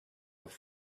have